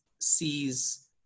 sees